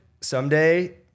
someday